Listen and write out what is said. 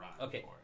Okay